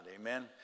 Amen